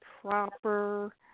proper